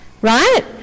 Right